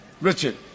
Richard